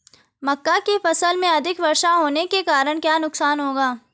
मक्का की फसल में अधिक वर्षा होने के कारण क्या नुकसान होगा?